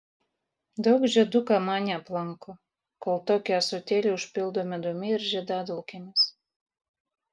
daug žiedų kamanė aplanko kol tokį ąsotėlį užpildo medumi ir žiedadulkėmis